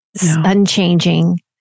unchanging